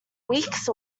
weeks